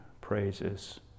praises